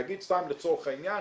נגיד סתם לצורך העניין,